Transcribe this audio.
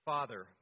Father